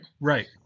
Right